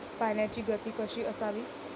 पाण्याची गती कशी असावी?